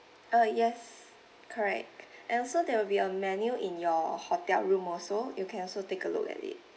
uh yea correct and also there will be a menu in your hotel room also you can also take a look at it